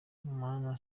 mana